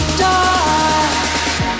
dark